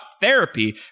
therapy